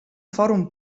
forum